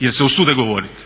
jer se usude govoriti.